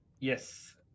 yes